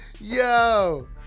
Yo